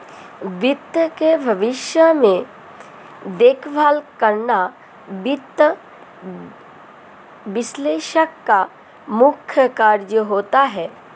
वित्त के भविष्य में देखभाल करना वित्त विश्लेषक का मुख्य कार्य होता है